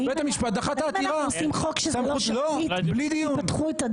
בית המשפט דחה את העתירה בלי דיון.